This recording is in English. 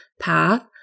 path